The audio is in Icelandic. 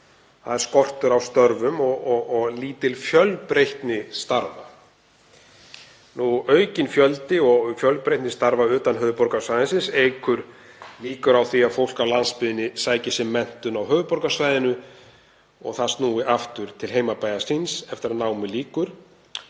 þ.e. skortur á störfum og lítil fjölbreytni starfa. Aukinn fjöldi og fjölbreytni starfa utan höfuðborgarsvæðisins eykur líkurnar á því að fólk af landsbyggðinni sem sækir sér menntun á höfuðborgarsvæðinu snúi aftur til heimabæjar síns eftir að námi lýkur.